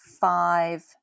five